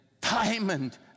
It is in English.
diamond